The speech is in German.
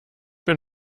wenn